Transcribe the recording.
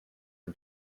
for